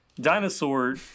dinosaur